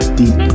deep